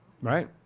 right